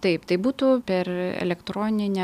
taip tai būtų per elektroninę